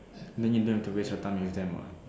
then you don't have to waste your time with them what